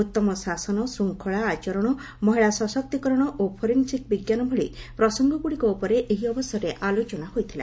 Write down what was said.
ଉତ୍ତମ ଶାସନ ଶୃଙ୍ଖଳା ଆଚରଣ ମହିଳା ସଶକ୍ତୀକରଣ ଓ ଫୋରେନ୍ସିକ୍ ବିଜ୍ଞାନ ଭଳି ପ୍ରସଙ୍ଗଗୁଡ଼ିକ ଉପରେଏହି ଅବସରରେ ଆଲୋଚନା ହୋଇଥିଲା